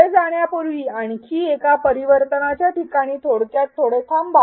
पुढे जाण्यापूर्वी आणखी एका परावर्तनाच्या ठिकाणी थोडक्यात थोडे थांबा